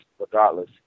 regardless